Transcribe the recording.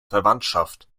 verwandtschaft